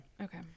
Okay